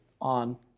on